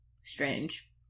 strange